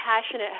passionate